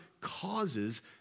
causes